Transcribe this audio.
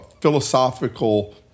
philosophical